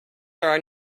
are